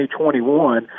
2021